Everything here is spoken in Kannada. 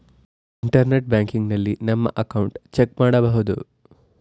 ಇಂಟರ್ನೆಟ್ ಬ್ಯಾಂಕಿನಲ್ಲಿ ನಮ್ಮ ಅಕೌಂಟ್ ಚೆಕ್ ಮಾಡಬಹುದು